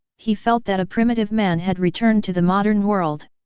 he felt that a primitive man had returned to the modern world.